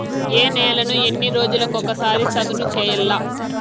ఏ నేలను ఎన్ని రోజులకొక సారి సదును చేయల్ల?